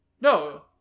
No